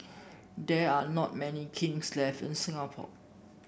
there are not many kilns left in Singapore